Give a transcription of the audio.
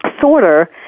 sorter